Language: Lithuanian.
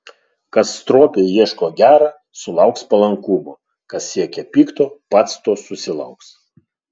kas stropiai ieško gera sulauks palankumo kas siekia pikto pats to susilauks